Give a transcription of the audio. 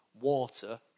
water